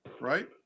right